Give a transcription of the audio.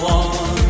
on